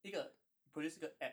一个 produce 一个 app